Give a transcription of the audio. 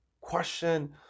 question